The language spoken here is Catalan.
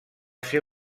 ser